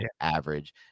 average